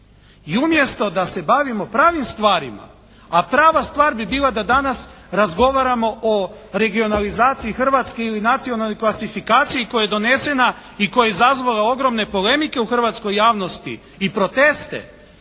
I umjesto da se bavimo pravim stvarima a prava stvar bi bila da danas razgovaramo o regionalizaciji Hrvatske ili nacionalnoj klasifikaciji koja je donesena i koja je izazvala ogromne polemike u hrvatskoj javnosti i proteste.